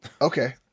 Okay